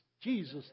Jesus